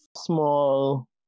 small